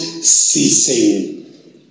Ceasing